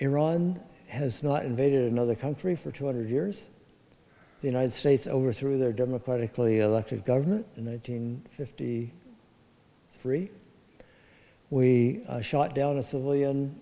iran has not invaded another country for two hundred years the united states overthrew their democratically elected government in the fifty three we shot down a civilian